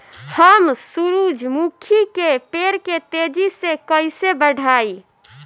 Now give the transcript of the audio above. हम सुरुजमुखी के पेड़ के तेजी से कईसे बढ़ाई?